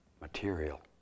material